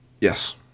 Yes